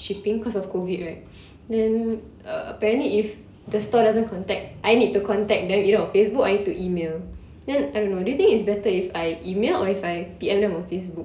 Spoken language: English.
shipping cause of COVID right then uh apparently if the store doesn't contact I need to contact them either on Facebook lor I need to email then I don't know do you think it's better if I email or if I P_M on Facebook